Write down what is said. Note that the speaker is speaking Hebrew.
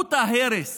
כמות ההרס